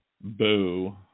Boo